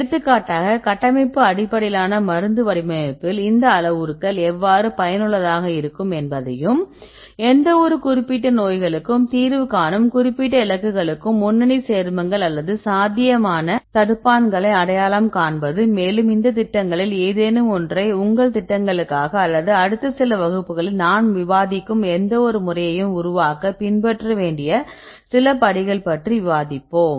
எடுத்துக்காட்டாக கட்டமைப்பு அடிப்படையிலான மருந்து வடிவமைப்பில் இந்த அளவுருக்கள் எவ்வாறு பயனுள்ளதாக இருக்கும் என்பதையும் எந்தவொரு குறிப்பிட்ட நோய்களுக்கும் தீர்வு காணும் குறிப்பிட்ட இலக்குகளுக்கும் முன்னணி சேர்மங்கள் அல்லது சாத்தியமான தடுப்பான்களை அடையாளம் காண்பது மேலும் இந்தத் திட்டங்களில் ஏதேனும் ஒன்றை உங்கள் திட்டங்களுக்காக அல்லது அடுத்த சில வகுப்புகளில் நாம் விவாதிக்கும் எந்தவொரு முறையையும் உருவாக்க பின்பற்ற வேண்டிய சில படிகள் பற்றி விவாதிப்போம்